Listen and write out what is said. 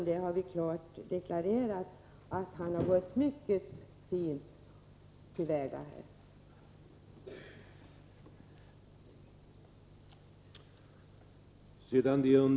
Vi har klart deklarerat att utrikesministern har gått mycket fint till väga i detta fall.